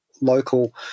local